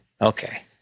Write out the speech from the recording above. Okay